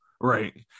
right